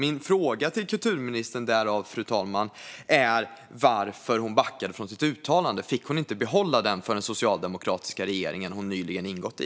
Min fråga till kulturministern är därför varför hon backade från sitt uttalande. Fick hon inte behålla det för den socialdemokratiska regering som hon nyligen ingått i?